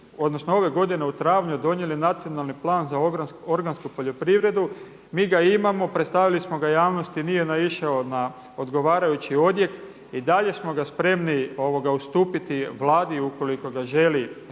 odnosno ove godine u travnju donijeli nacionalni plan za organsku poljoprivredu. Mi ga imamo, predstavili smo ga javnosti, nije naišao na odgovarajući odjek i dalje smo ga spremni ustupiti Vladi ukoliko ga želi proučiti.